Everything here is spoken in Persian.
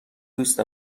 دوست